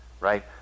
right